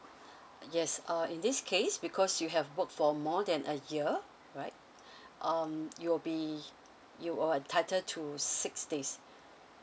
yes uh in this case because you have worked for more than a year right um you will be you are entitled to six days